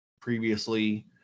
previously